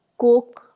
coke